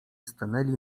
stanęli